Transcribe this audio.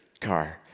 car